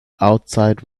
outside